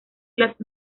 las